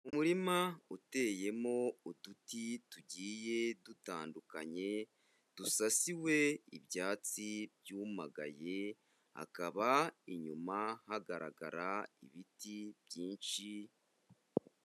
Umurima uteyemo uduti tugiye dutandukanye dusasiwe ibyatsi byumagaye, hakaba inyuma hagaragara ibiti byinshi.